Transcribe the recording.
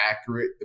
accurate